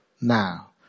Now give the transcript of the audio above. now